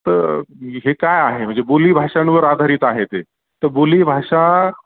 तर हे काय आहे म्हणजे बोली भाषांवर आधारित आहे ते तर बोली भाषा